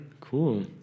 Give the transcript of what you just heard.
Cool